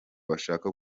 bashaka